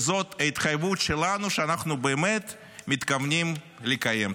וזאת ההתחייבות שלנו שאנחנו באמת מתכוונים לקיים.